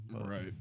right